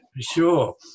sure